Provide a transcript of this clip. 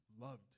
loved